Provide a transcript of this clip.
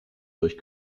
durch